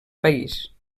país